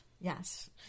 yes